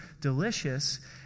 delicious